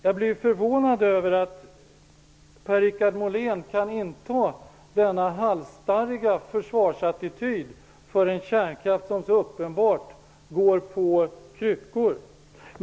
Jag blir förvånad över att Per-Richard Molén kan inta denna halsstarriga försvarsattityd för en kärnkraft som så uppenbart går på kryckor.